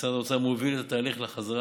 משרד האוצר מוביל את התהליך לחזרה